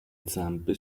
zampe